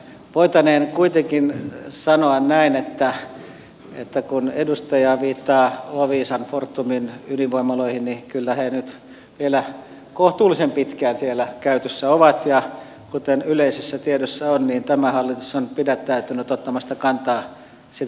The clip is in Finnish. voitaneen kuitenkin sanoa näin että kun edustaja viittaa loviisan fortumin ydinvoimaloihin niin kyllä ne nyt vielä kohtuullisen pitkään siellä käytössä ovat ja kuten yleisessä tiedossa on tämä hallitus on pidättäytynyt ottamasta kantaa niitä koskevaan jatkoon